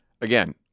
Again